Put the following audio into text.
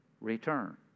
return